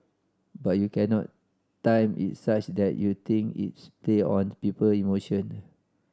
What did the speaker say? but you cannot time it such that you think it's play on people emotion